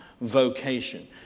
vocation